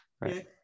Right